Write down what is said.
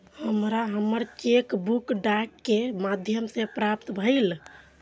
हमरा हमर cheque book डाक के माध्यम से प्राप्त भईल